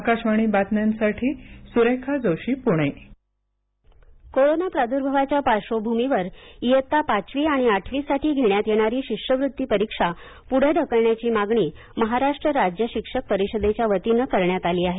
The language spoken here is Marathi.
आकाशवाणी बातम्यांसाठी सुरेखा जोशी पुणे शिष्यवत्ती परीक्षा कोरोना प्रादुर्भावाच्या पार्श्वभूमीवर इयत्ता पाचवी आणि आठवीसाठी घेण्यात येणारी शिष्यवृत्ती परीक्षा पूढे ढकलण्याची मागणी महाराष्ट्र राज्य शिक्षक परिषदेच्या वतीनं करण्यात आली आहे